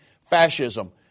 Fascism